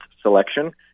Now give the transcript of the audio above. selection